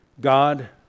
god